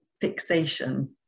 fixation